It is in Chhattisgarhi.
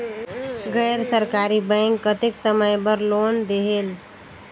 गैर सरकारी बैंक कतेक समय बर लोन देहेल?